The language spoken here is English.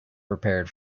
prepared